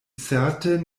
certe